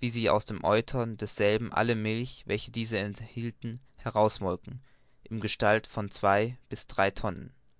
wie sie aus den eutern desselben alle milch welche dieselben enthielten herausmolken im gehalt von zwei bis drei tonnen